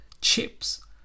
chips